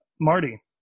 Marty